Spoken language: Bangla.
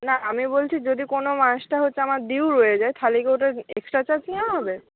না আমি বলছি যদি কোনো মাসটা হচ্ছে আমার ডিউ রয়ে যায় তাহলে কি ওটার এক্সট্রা চার্জ নেওয়া হবে